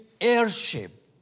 airship